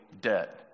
debt